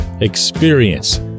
experience